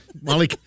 Molly